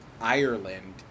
Ireland